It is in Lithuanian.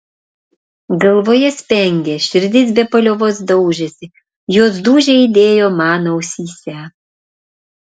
galvoje spengė širdis be paliovos daužėsi jos dūžiai aidėjo man ausyse